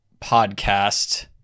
podcast